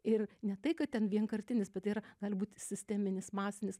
ir ne tai kad ten vienkartinis yra gali būti sisteminis masinis